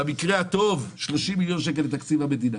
במקרה הטוב 30 מיליון שקל מתקציב המדינה,